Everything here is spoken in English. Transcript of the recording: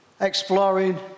exploring